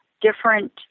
different